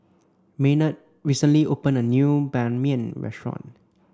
Maynard recently opened a new Ban Mian restaurant